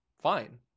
fine